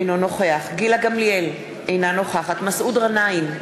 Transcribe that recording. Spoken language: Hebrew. אינו נוכח גילה גמליאל, אינה נוכחת מסעוד גנאים,